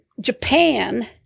Japan